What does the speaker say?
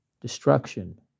destruction